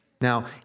Now